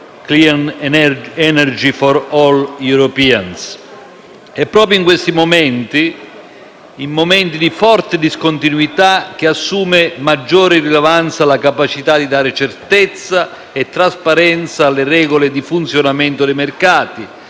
Clean Energy for All Europeans.